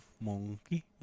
Monkey